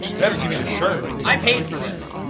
better give me the shirt. i paid for this.